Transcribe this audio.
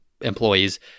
employees